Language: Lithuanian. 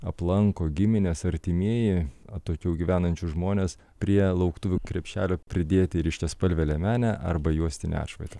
aplanko giminės artimieji atokiau gyvenančius žmones prie lauktuvių krepšelio pridėti ryškiaspalvę liemenę arba juostinį atšvaitą